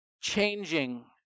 changing